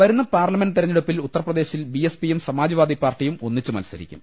വരുന്ന പാർലിമെന്റ് തിരഞ്ഞെടുപ്പിൽ ഉത്തർപ്രദേശിൽ ബിഎസ്പിയും സമാജ് വാദി പാർട്ടിയും ഒന്നിച്ച് മത്സരിക്കും